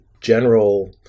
general